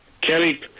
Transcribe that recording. Kelly